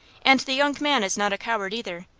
and the young man is not a coward, either.